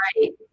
right